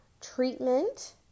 Treatment